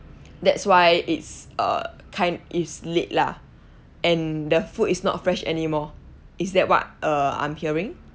that's why it's uh kind is late lah and the food is not fresh anymore is that what uh I'm hearing